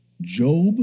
Job